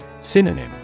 Synonym